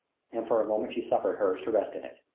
and for a moment she suffered hers to rest in it.